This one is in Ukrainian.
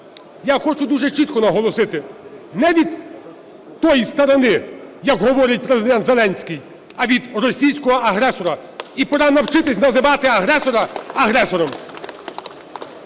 Я хочу дуже чітко наголосити: не від "тої сторони", як говорить Президент Зеленський, а від "російського агресора". І пора навчитись називати агресора агресором!